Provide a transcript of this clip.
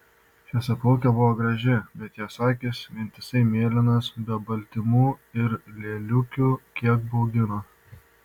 šviesiaplaukė buvo graži bet jos akys vientisai mėlynos be baltymų ir lėliukių kiek baugino